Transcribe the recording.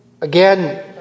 again